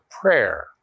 prayer